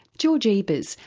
george ebers,